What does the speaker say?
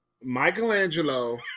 Michelangelo